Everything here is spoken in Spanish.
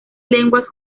lenguas